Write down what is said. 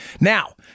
Now